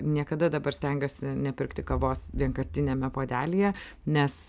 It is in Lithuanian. niekada dabar stengiuosi nepirkti kavos vienkartiniame puodelyje nes